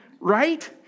right